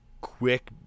quick